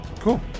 Cool